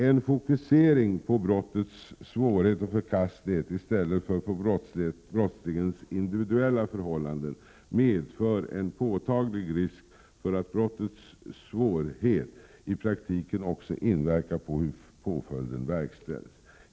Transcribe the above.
En fokusering på brottets svårhet och förkastlighet i stället för på brottslingens individuella förhållanden medför en påtaglig risk för att brottets svårhet i praktiken också inverkar på hur påföljden verkställs.